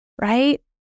right